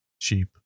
cheap